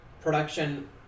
production